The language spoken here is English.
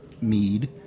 mead